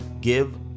give